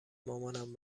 مامانم